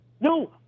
No